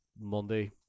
Monday